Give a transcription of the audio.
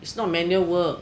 it's not manual work